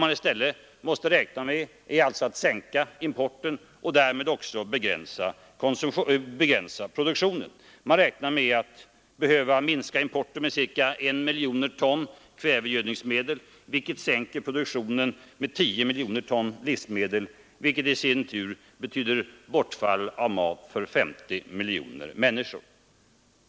Man måste alltså i stället räkna med att sänka importen och därmed också begränsa produktionen. Man räknar med att behöva minska importen med ca 1 miljon ton kvävegödningsmedel, vilket sänker produktionen med 10 miljoner ton livsmedel — vilket i sin tur betyder bortfall av mat för 50 miljoner människor.